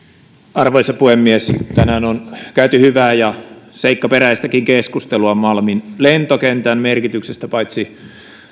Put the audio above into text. arvoisa puhemies tänään on käyty hyvää ja seikkaperäistäkin keskustelua malmin lentokentän merkityksestä paitsi